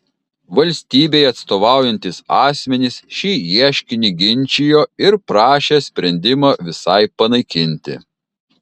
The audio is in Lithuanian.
valstybei atstovaujantys asmenys šį ieškinį ginčijo ir prašė sprendimą visai panaikinti